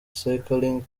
cycling